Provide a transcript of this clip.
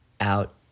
out